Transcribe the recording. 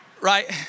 right